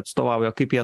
atstovauja kaip jie